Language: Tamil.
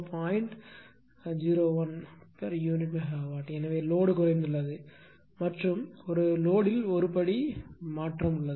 01 pu MW எனவே லோடு குறைந்துள்ளது மற்றும் ஒரு லோடுயில் ஒரு படி மாற்றம் உள்ளது